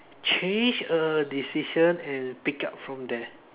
change a decision and pick up from there